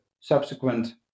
subsequent